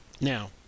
Now